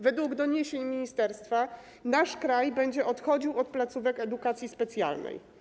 Według doniesień ministerstwa nasz kraj będzie odchodził od placówek edukacji specjalnej.